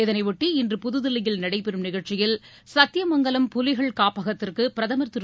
இதனைபொட்டி இன்று புதுதில்லியில் நடைபெறும் நிகழ்ச்சியில் சத்தியமங்கலம் புலிகள் காப்பகத்திற்கு பிரதமர் திரு